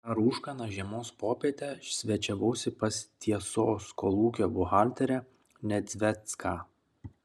tą rūškaną žiemos popietę svečiavausi pas tiesos kolūkio buhalterę nedzvecką